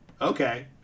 Okay